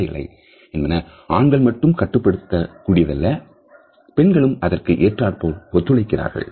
நடத்தைகள் என்பன ஆண்கள் மட்டும் கட்டுப்படுத்த கூடியதல்ல பெண்களும் அதற்கு ஏற்றார் போல ஒத்துழைக்கிறார்கள்